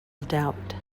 doubt